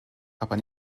aber